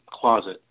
closet